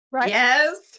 yes